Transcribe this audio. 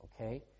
okay